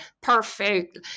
perfect